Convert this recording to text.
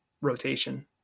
rotation